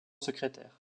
secrétaires